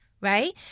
right